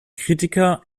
kritiker